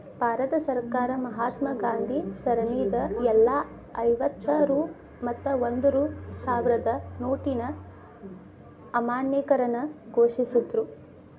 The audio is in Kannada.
ಭಾರತ ಸರ್ಕಾರ ಮಹಾತ್ಮಾ ಗಾಂಧಿ ಸರಣಿದ್ ಎಲ್ಲಾ ಐವತ್ತ ರೂ ಮತ್ತ ಒಂದ್ ರೂ ಸಾವ್ರದ್ ನೋಟಿನ್ ಅಮಾನ್ಯೇಕರಣ ಘೋಷಿಸಿದ್ರು